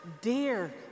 dear